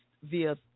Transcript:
via